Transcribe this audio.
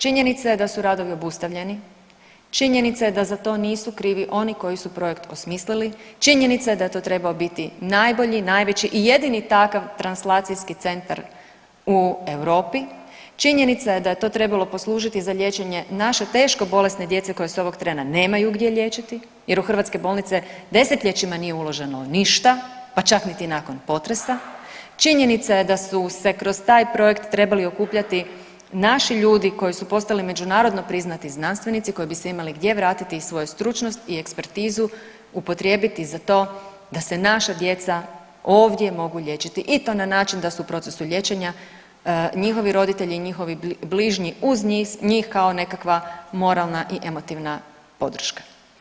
Činjenica je da su radovi obustavljeni, činjenica je da za to nisu krivi oni koji su projekt osmislili, činjenica je da je to trebao biti najbolji i najveći i jedini takav translacijski centar u Europi, činjenica je da je to trebalo poslužiti za liječenje naše teško bolesne djece koje se ovog trena nemaju gdje liječiti jer u hrvatske bolnice 10-ljećima nije uloženo ništa, pa čak niti nakon potresa, činjenica je da su se kroz taj projekt trebali okupljati naši ljudi koji su postali međunarodno priznati znanstvenici koji bi se imali gdje vratiti i svoju stručnost i ekspertizu upotrijebiti za to da se naša djeca ovdje mogu liječiti i to na način da su u procesu liječenja, njihovi roditelji i njihovi bližnji uz njih kao nekakva moralna i emotivna podrška.